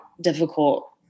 difficult